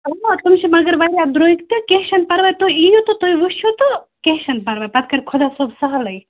آ تِم چھِ مگر واریاہ درٛوٚگۍ تہٕ کیٚنہہ چھِنہٕ پرواے تُہۍ اِیو تہٕ تُہۍ وٕچھو تہٕ کیٚنہہ چھِنہٕ پرواے پَتہٕ کَرِ خۄدا صٲب سہلٕے